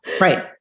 Right